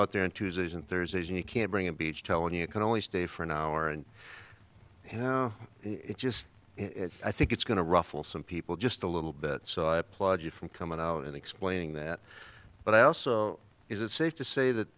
out there on tuesdays and thursdays and you can't bring a beach telling you can only stay for an hour and you know it just i think it's going to ruffle some people just a little bit so i applaud you for coming out and explaining that but i also is it safe to say that